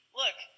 look